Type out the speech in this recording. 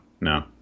No